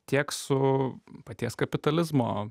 tiek su paties kapitalizmo